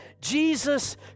Jesus